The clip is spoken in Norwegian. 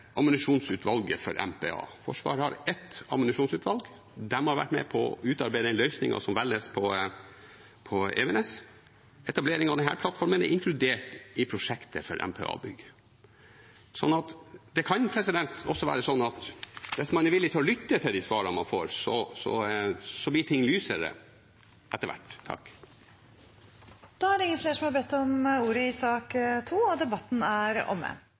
ammunisjonsutvalget for MPA. Forsvaret har ett ammunisjonsutvalg. De har vært med på å utarbeide den løsningen som velges på Evenes. Etablering av denne plattformen er inkludert i prosjektet for MPA-bygg. Det kan også være sånn at hvis man er villig til å lytte til de svarene man får, blir ting lysere etter hvert. Flere har ikke bedt om ordet til sak nr. 2. Etter ønske fra næringskomiteen vil presidenten ordne debatten slik: 3 minutter til hver partigruppe og